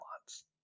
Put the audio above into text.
wants